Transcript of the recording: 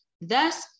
thus